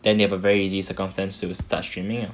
then you have a very easy circumstance to start streaming lah